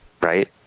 Right